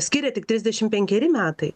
skiria tik trisdešimt penkeri metai